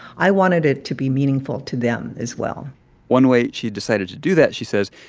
i wanted it to be meaningful to them as well one way she decided to do that, she says,